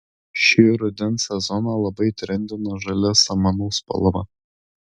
šį rudens sezoną labai trendina žalia samanų spalva